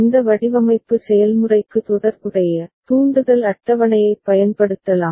இந்த வடிவமைப்பு செயல்முறைக்கு தொடர்புடைய தூண்டுதல் அட்டவணையைப் பயன்படுத்தலாம்